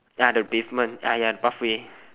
ya the pavement ah ya pathway